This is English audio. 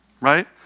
right